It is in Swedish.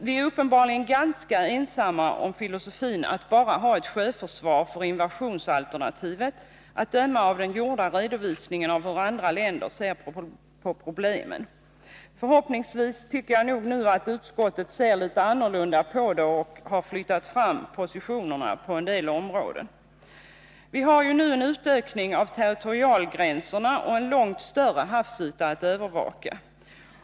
Vi är, att döma av den gjorda redovisningen av hur andra länder ser på problemen, uppenbarligen ganska ensamma om filosofin att bara ha ett sjöförsvar för invasionsalternativet. Men jag tycker att utskottet nu ser på frågan på annat sätt och har flyttat fram positionerna på en del områden. Vi har nu fått en utökning av territorialgränserna och en långt större havsyta att övervaka.